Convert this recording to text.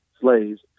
slaves